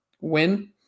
win